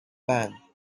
band